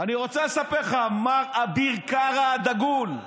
אני רוצה לספר לך, מר אביר קארה הדגול: